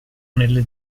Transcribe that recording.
nelle